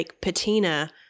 patina